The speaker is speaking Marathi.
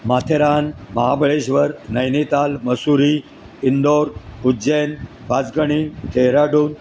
माथेरान महाबळेश्वर नैनेताल मसुरी इंदोर उज्जैन पाचगणी डेहराडून